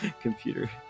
computer